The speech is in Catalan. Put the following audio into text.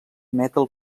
metal